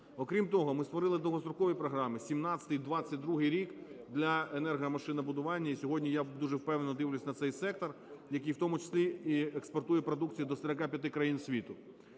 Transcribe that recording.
Окрім того, ми створили довгострокові програми, 17-22-й рік для енергомашинобудування, і сьогодні я дуже впевнено дивлюся на цей сектор, який в тому числі і експортує продукції до 45 країн світу.